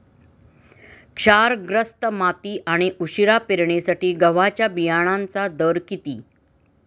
क्षारग्रस्त माती आणि उशिरा पेरणीसाठी गव्हाच्या बियाण्यांचा दर किती?